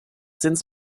since